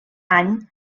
any